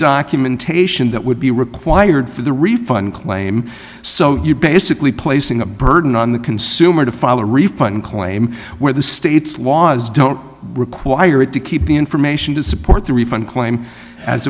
documentation that would be required for the refund claim so you basically placing a burden on the consumer to file a refund claim where the state's laws don't require it to keep the information to support the refund claim as